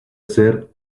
ser